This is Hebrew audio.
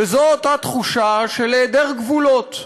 וזו אותה תחושה של היעדר גבולות.